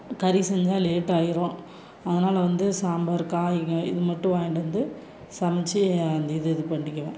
கறி செஞ்சால் லேட் ஆகிரும் அதனால வந்து சாம்பார் காய்ங்க இது மட்டும் வாங்கிட்டு வந்து சமைச்சி அந்த இது இது பண்ணிக்குவேன்